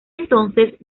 entonces